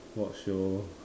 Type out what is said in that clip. watch show